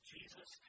Jesus